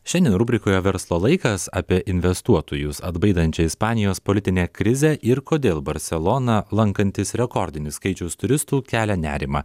šiandien rubrikoje verslo laikas apie investuotojus atbaidančią ispanijos politinę krizę ir kodėl barseloną lankantis rekordinis skaičius turistų kelia nerimą